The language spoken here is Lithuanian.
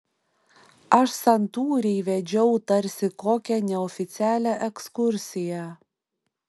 aš santūriai vedžiau tarsi kokią neoficialią ekskursiją